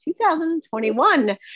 2021